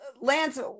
Lance